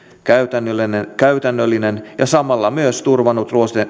käytännöllinen ja käytännöllinen ja samalla myös turvannut